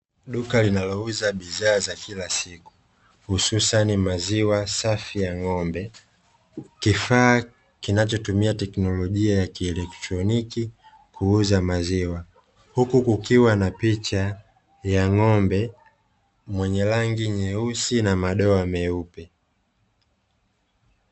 Duka linalouza bidhaa za kila siku, hususani maziwa safi ya ng'ombe, kifaa kinachotumia teknolojia ya kieletroniki kuuza maziwa, huku kukiwa na picha ya ng'ombe mwenye rangi nyeusi na madoa meupe.